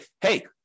hey